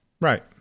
Right